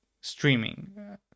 streaming